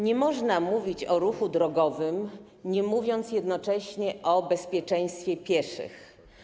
Nie można mówić o ruchu drogowym, nie mówiąc jednocześnie o bezpieczeństwie pieszych.